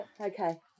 Okay